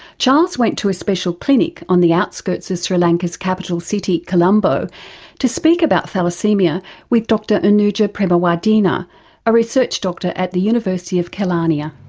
charles went to a special clinic on the outskirts of sri lanka's capital city colombo to speak about thalassaemia with dr anuja premawardena a research doctor at the university of kelaniya.